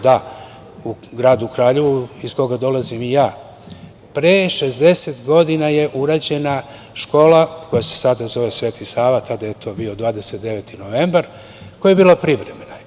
Da, u gradu Kraljevu, iz koga dolazim i ja, pre 60 godina je urađena škola koja se sada zove „Sveti Sava“, tada je to bio „29. novembar“, koja je bila privremena.